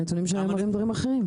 הנתונים שלהם מראים דברים אחרים.